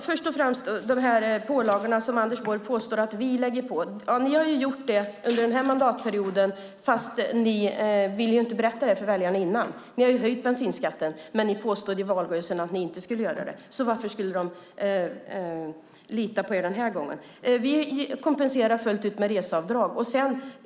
Fru talman! Till att börja vill jag ta upp det som Anders Borg säger om pålagorna. Han påstår att vi lägger på dem. Ni, Anders Borg, har gjort det under mandatperioden, men ni vill inte i förväg tala om det för väljarna. Ni har höjt bensinskatten trots att ni i valrörelsen påstod att ni inte skulle göra det. Varför skulle väljarna lita på er den här gången? Vi kompenserar fullt ut med reseavdrag.